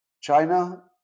China